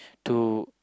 to